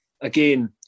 again